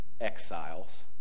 exiles